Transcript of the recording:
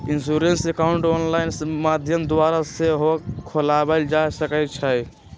insurance account online माध्यम द्वारा सेहो खोलबायल जा सकइ छइ